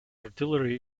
artillery